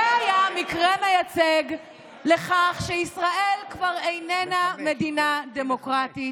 זה היה מקרה מייצג לכך שישראל כבר איננה מדינה דמוקרטית.